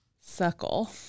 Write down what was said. suckle